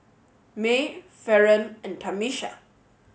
Maye Faron and Tamisha